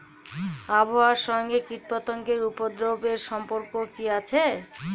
আবহাওয়ার সঙ্গে কীটপতঙ্গের উপদ্রব এর সম্পর্ক কি আছে?